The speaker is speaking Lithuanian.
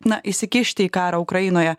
na įsikišti į karą ukrainoje